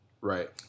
Right